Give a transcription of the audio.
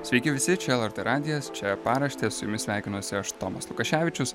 sveiki visi čia lrt radijas čia paraštė su jumis sveikinuosi aš tomas lukaševičius